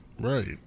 Right